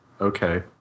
Okay